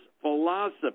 philosophy